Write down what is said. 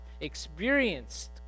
experienced